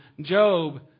Job